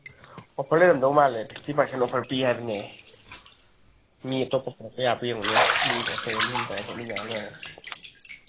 offer ꯂꯩꯔꯝꯗꯧ ꯃꯥꯜꯂꯦ fifty percent offer ꯄꯤ ꯍꯥꯏꯕꯅꯦ ꯃꯤ ꯑꯇꯣꯞꯄ ꯌꯥꯕ꯭ꯔꯥ ꯌꯦꯡꯉꯨꯅꯦ ꯃꯤ ꯑꯩꯈꯣꯏ ꯑꯅꯤ ꯑꯍꯨꯝ ꯇꯧꯔꯒ ꯆꯠꯃꯤꯟꯅꯔ ꯂꯣꯏꯔꯦ